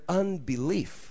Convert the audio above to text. unbelief